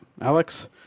Alex